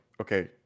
okay